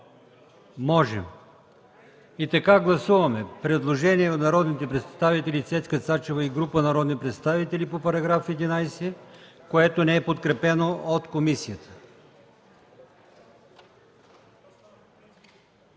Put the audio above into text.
Няма. Гласуваме предложение от народния представител Цецка Цачева и група народни представители по § 17, което не се подкрепя от комисията.